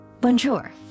Bonjour